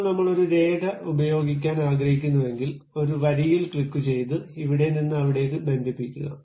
ഇപ്പോൾ നമ്മൾ ഒരു രേഖ ഉപയോഗിക്കാൻ ആഗ്രഹിക്കുന്നുവെങ്കിൽ ഒരു വരിയിൽ ക്ലിക്കുചെയ്ത് ഇവിടെ നിന്ന് അവിടേക്ക് ബന്ധിപ്പിക്കുക